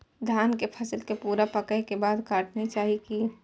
धान के फसल के पूरा पकै के बाद काटब चाही की?